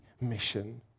mission